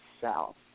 sell